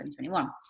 2021